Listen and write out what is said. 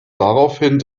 daraufhin